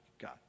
God